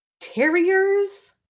Terriers